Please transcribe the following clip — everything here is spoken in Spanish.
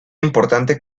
importante